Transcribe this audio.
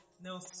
no